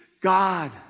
God